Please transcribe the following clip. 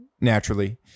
naturally